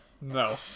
No